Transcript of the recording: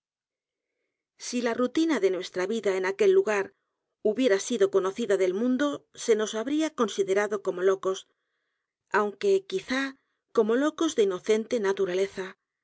si la rutina de nuestra vida en aquel lugar hubiera sido conocida del mundo se nos habría considerado como locos aunque quizá como locos de inocente